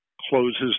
closes